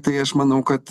tai aš manau kad